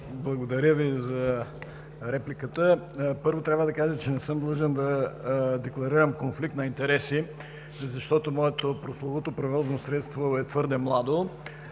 Благодаря Ви за репликата. Първо, трябва да кажа, че не съм длъжен да декларирам конфликт на интереси, защото моето прословуто превозно средство е твърде младо.